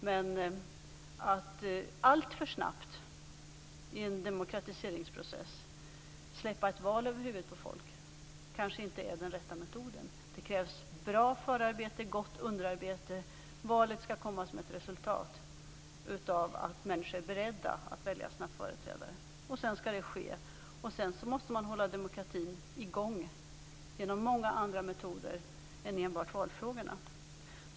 Men att alltför snabbt i en demokratiseringsprocess släppa ett val över huvudet på folk kanske inte är den rätta metoden. Det krävs bra förarbete och gott underarbete. Valet skall komma som ett resultat av att människor är beredda att välja sina företrädare. Sedan skall det ske. Därefter måste man hålla demokratin i gång genom många andra metoder än enbart valfrågorna.